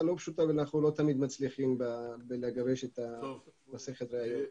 לא פשוטה ואנחנו לא תמיד מצליחים בגיבוש מסכת הראיות.